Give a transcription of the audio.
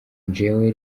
njyewe